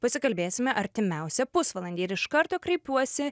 pasikalbėsime artimiausią pusvalandį ir iš karto kreipiuosi